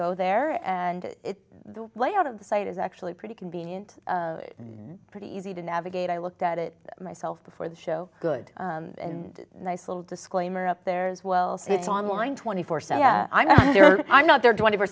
go there and the layout of the site is actually pretty convenient and pretty easy to navigate i looked at it myself before the show good and nice little disclaimer up there as well so it's on line twenty four so yeah i'm there i'm not there twenty four